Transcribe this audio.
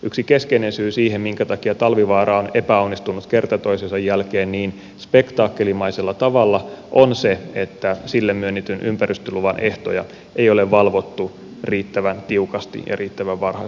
yksi keskeinen syy siihen minkä takia talvivaara on epäonnistunut kerta toisensa jälkeen niin spektaakkelimaisella tavalla on se että sille myönnetyn ympäristöluvan ehtoja ei ole valvottu riittävän tiukasti ja riittävän varhaisessa vaiheessa